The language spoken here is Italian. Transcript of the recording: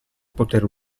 poter